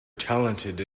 talented